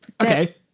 okay